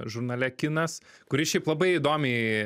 žurnale kinas kuri šiaip labai įdomiai